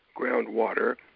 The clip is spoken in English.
groundwater